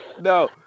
No